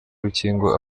rukingo